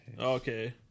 Okay